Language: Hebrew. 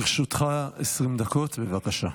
לרשותך 20 דקות, בבקשה.